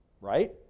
right